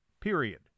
period